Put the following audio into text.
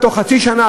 בתוך חצי שנה,